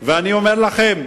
אני אומר לכם,